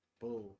boom